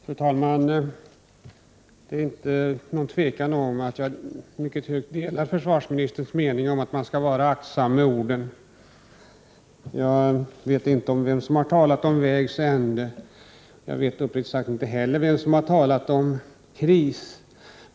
Fru talman! Det råder inget tvivel om att jag delar försvarsministerns mening om att man skall vara aktsam med orden. Jag vet inte vem som har talat om vägs ände. Jag vet uppriktigt sagt inte heller vem som har talat om kris.